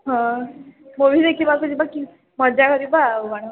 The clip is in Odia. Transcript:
ହଁ ମୁଭି ଦେଖିବାକୁ ଯିବା କି ମଜା କରିବା ଆଉ କ'ଣ